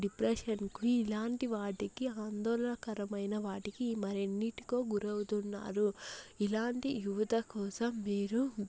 డిప్రెషన్కి ఇలాంటివాటికి ఆందోళనకరమైన వాటికి మరెన్నిటికో గురవుతున్నారు ఇలాంటి యువత కోసం మీరు